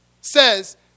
says